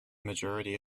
majority